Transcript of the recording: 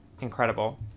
incredible